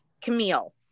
Camille